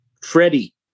Freddie